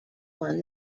won